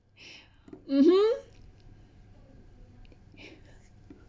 mmhmm